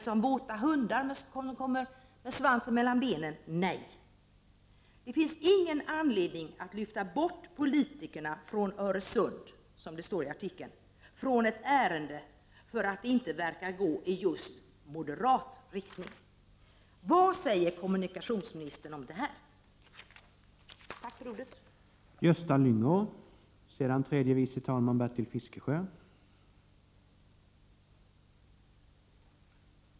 Som våta hundar med svansen mellan benen — nej. Det finns ingen anledning att ”lyfta bort politikerna från Öresund”, från ett ärende som inte verkar gå i just moderat riktning. Vad säger kommunikationsministern om det här?